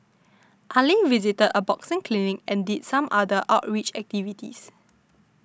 Ali visited a boxing clinic and did some other outreach activities